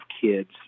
kids